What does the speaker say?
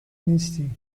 نیستی